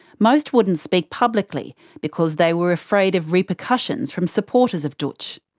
most wouldn't speak publicly because they were afraid of repercussions from supporters of dootch.